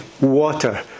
water